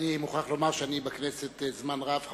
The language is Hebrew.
אני מוכרח לומר שאני בכנסת זמן רב.